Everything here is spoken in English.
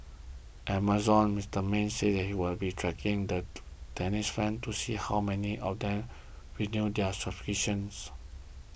Amazon's Mister Marine says he will be tracking the tennis fans to see how many of them renew their subscriptions